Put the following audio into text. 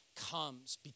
comes